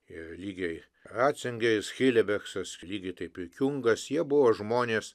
ir lygiai racingeris hilbeksas lygiai taip ir kiungas jie buvo žmonės